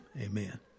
amen